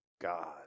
God